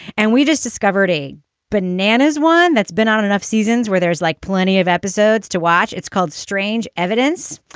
and we just discovered a bananas one that's been on on enough seasons where there's like plenty of episodes to watch. it's called strange evidence,